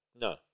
No